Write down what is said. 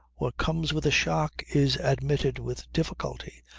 what comes with a shock is admitted with difficulty.